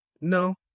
no